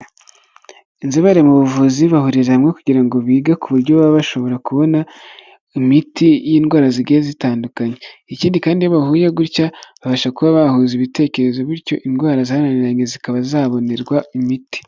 Inzobere mu buvuzi bahuriza hamwe kugira ngo bige ku buryo baba bashobora kubona imiti y'indwara zigiye zitandukanye. Ikindi kandi iyo bahuye gutya babasha kuba bahuza ibitekerezo bityo indwara zananiranye zikaba zabonerwa imiti.